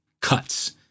cuts